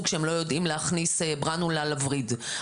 כשהם לא יודעים להכניס ברנולה לווריד,